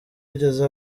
yigeze